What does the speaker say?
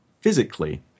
physically